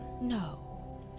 No